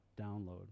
download